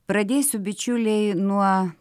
pradėsiu bičiuliai nuo